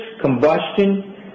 combustion